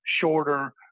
shorter